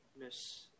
miss